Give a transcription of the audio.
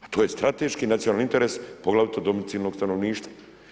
To je strateški nacionalni interes, poglavito domicilnog stanovništva.